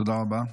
תודה רבה.